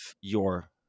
your-